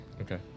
okay